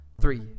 Three